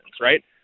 right